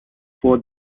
for